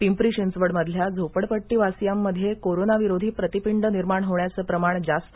पिंपरी चिंचवडमधल्या झोपडपट्टीवासियांत कोरोना विरोधी प्रतिपिंड निर्माण होण्याचं प्रमाण जास्त